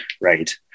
right